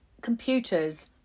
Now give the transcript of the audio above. Computers